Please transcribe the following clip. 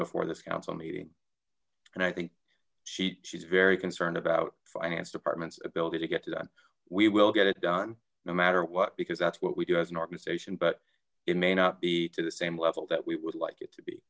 before this council meeting and i think she's very concerned about finance department's ability to get to that we will get it done no matter what because that's what we do as an organization but it may not be to the same level that we would like it to be